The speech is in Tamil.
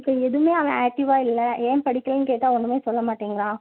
இப்போ எதுவுமே அவன் ஆக்டிவாக இல்லை ஏன் படிக்கலைன்னு கேட்டால் ஒன்றுமே சொல்ல மாட்டேங்கிறான்